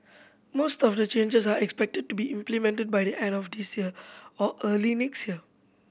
most of the changes are expected to be implemented by the end of this year or early next year